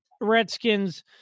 Redskins